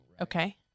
okay